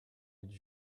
did